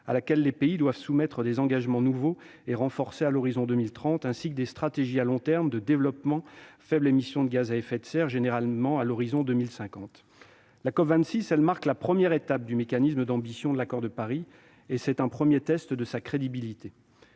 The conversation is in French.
à laquelle les pays doivent soumettre des engagements nouveaux et renforcés à l'horizon 2030 ainsi que des stratégies à long terme de développement de faibles émissions de gaz à effet de serre- généralement à l'horizon 2050. La COP26 marque la première étape du mécanisme d'ambition de l'accord de Paris, et un premier test pour sa crédibilité.